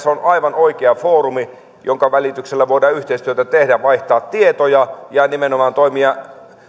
on aivan oikea foorumi jonka välityksellä voidaan yhteistyötä tehdä vaihtaa tietoja ja nimenomaan toimia